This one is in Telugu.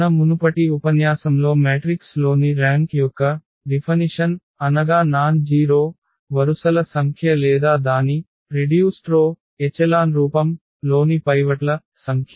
మన మునుపటి ఉపన్యాసంలో మ్యాట్రిక్స్ లోని ర్యాంక్ యొక్క నిర్వచనం అనగా నాన్ జీరో వరుసల సంఖ్య లేదా దాని తగ్గిన వరుస ఎచెలాన్ రూపం లోని పైవట్ల సంఖ్య